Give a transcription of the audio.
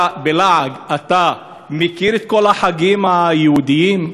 בלעג, שאלה: אתה מכיר את כל החגים היהודיים?